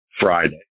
Friday